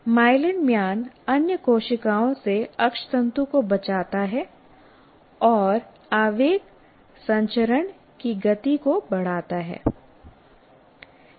myelin म्यान अन्य कोशिकाओं से अक्षतंतु को बचाता है और आवेग संचरण की गति को बढ़ाता है